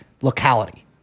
locality